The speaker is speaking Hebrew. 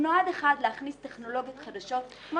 הוא נועד להכניס טכנולוגיות חדשות.